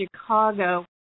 Chicago